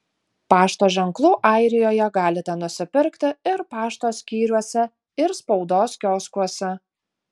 pašto ženklų airijoje galite nusipirkti ir pašto skyriuose ir spaudos kioskuose